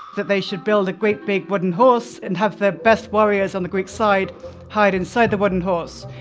that they should build a great, big wooden horse and have their best warriors on the greek side hide inside the wooden horse.